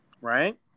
right